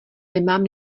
nemám